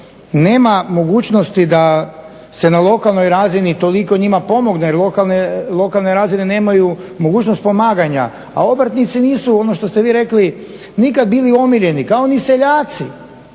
nema mogućnosti da se na lokalnoj razini toliko njima pomogne. Jer lokalne razine nemaju mogućnost pomaganja a obrtnici nisu ono što ste vi rekli nikada bili omiljeni kao ni seljaci.